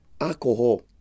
alcohol